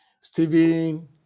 Stephen